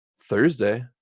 Thursday